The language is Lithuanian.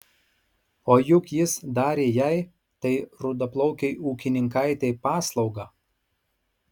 o juk jis darė jai tai rudaplaukei ūkininkaitei paslaugą